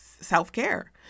self-care